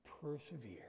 persevere